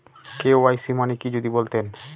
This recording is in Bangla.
কে.ওয়াই.সি মানে কি যদি বলতেন?